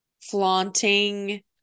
flaunting